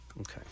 Okay